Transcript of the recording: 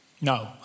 No